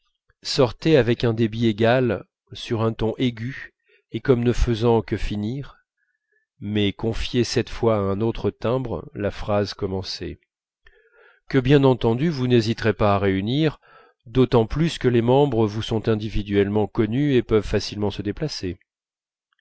sortait avec un débit égal sur un ton aigu et comme ne faisant que finir mais confiée cette fois à un autre timbre la phrase commencée que bien entendu vous n'hésiterez pas à réunir d'autant plus que les membres vous sont individuellement connus et peuvent facilement se déplacer